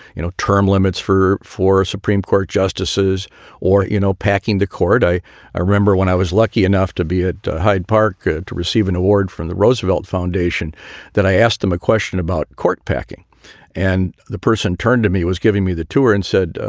you know, term limits for four supreme court justices or, you know, packing the court. i i remember when i was lucky enough to be at hyde park to receive an award from the roosevelt foundation that i asked him a question about court packing and the person turned to me, was giving me the tour and said,